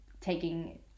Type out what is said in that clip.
taking